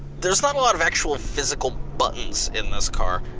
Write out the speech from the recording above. there's not a lot of actual physical buttons in this car.